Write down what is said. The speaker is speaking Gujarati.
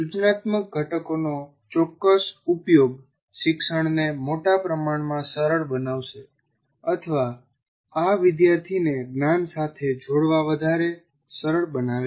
સૂચનાત્મક ઘટકોનો ચોક્કસ ઉપયોગ શિક્ષણને મોટા પ્રમાણમાં સરળ બનાવશે અથવા આ વિદ્યાર્થીને જ્ઞાન સાથે જોડાવા વધારે સરળ બનાવે છે